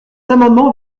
amendement